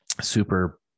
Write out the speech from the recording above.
super